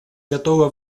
готова